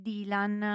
Dylan